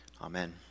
Amen